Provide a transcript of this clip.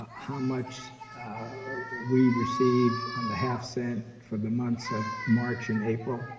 how much we received on the half-cent for the months of march and april?